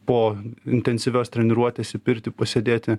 po intensyvios treniruotės į pirtį pasėdėti